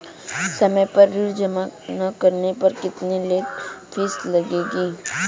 समय पर ऋण जमा न करने पर कितनी लेट फीस लगेगी?